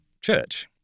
church